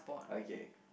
okay